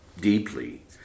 deeply